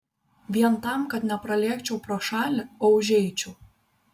vien tam kad nepralėkčiau pro šalį o užeičiau